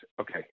Okay